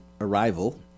Arrival